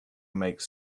makes